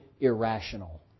irrational